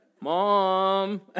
Mom